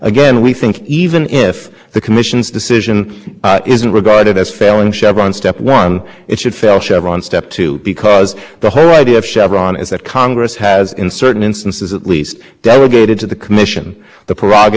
international settlements case was one in which the carrier here was paying another carrier to terminate a call to complete the service it was providing the customer the reason this court horizon said that the traffic exchange an interconnection happening at the edge was a common